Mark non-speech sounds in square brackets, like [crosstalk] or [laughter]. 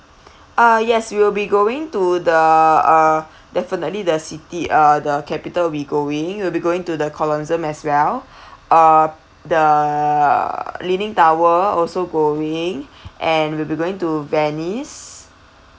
ah yes we will be going to the uh definitely the city uh the capital we going we will be going to the colosseum as well [breath] uh the leaning tower also going [breath] and we'll be going to venice